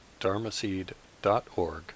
dharmaseed.org